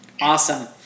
Awesome